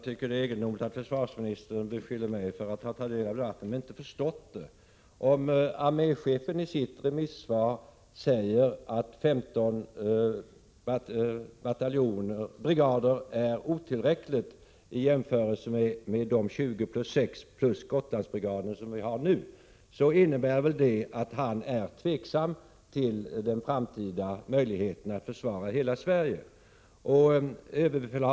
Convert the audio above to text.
Trovärdiga vittnesuppgifter säger oss att ännu en främmande ubåt varit synlig i Stockholms inre skärgård. En iakttagelse gjordes tisdagen den 1 december intill Vaxholm endast ett par mil från Stockholms centrum. Flera grova ubåtskränkningar har kunnat konstateras under tredje kvartalet, bl.a. i Bråviken vid inloppet till Norrköping.